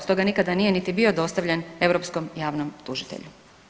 Stoga nikada nije niti bio dostavljen Europskom javnom tužitelju.